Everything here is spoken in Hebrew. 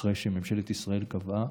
אחרי שממשלת ישראל קבעה.